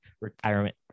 retirement